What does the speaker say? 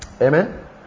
Amen